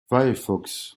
firefox